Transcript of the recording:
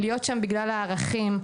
להיות שם בגלל הערכים,